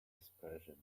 dispersion